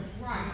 Right